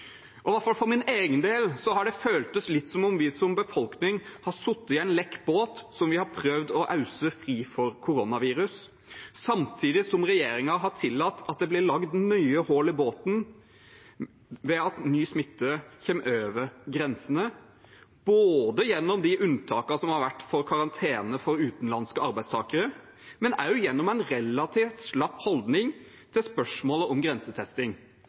For min egen del har det føltes litt som om vi som befolkning har sittet i en lekk båt som vi har prøvd å øse fri for koronavirus, samtidig som regjeringen har tillatt at det blir laget nye hull i båten ved at ny smitte kommer over grensene både gjennom unntakene fra karantene som har vært for utenlandske arbeidstakere og gjennom en relativt slapp holdning til spørsmålet om grensetesting.